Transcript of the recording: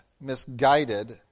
misguided